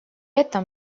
этом